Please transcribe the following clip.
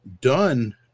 done